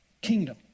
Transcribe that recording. kingdom